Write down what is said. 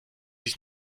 sich